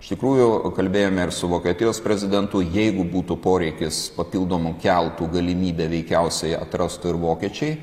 iš tikrųjų kalbėjome ir su vokietijos prezidentu jeigu būtų poreikis papildomų keltų galimybę veikiausiai atrastų ir vokiečiai